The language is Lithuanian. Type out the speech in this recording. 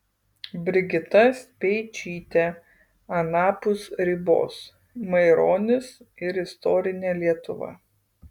brigita speičytė anapus ribos maironis ir istorinė lietuva